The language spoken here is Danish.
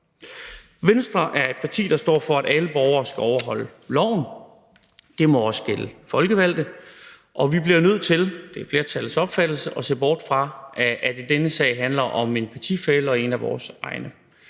Venstre er et parti, der står for, at alle borgere skal overholde loven. Det må også gælde for folkevalgte. Og vi bliver nødt til – det er flertallets opfattelse – at se bort fra, at det i denne sag handler om en partifælle og en af vores egne.